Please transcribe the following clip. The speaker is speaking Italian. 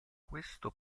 questo